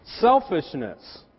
Selfishness